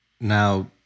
now